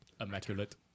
Immaculate